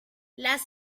las